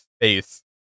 space